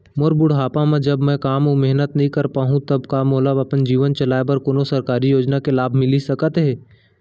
मोर बुढ़ापा मा जब मैं काम अऊ मेहनत नई कर पाहू तब का मोला अपन जीवन चलाए बर कोनो सरकारी योजना के लाभ मिलिस सकत हे?